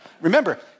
Remember